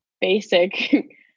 basic